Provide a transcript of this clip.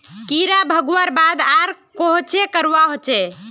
कीड़ा भगवार बाद आर कोहचे करवा होचए?